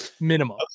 Minimum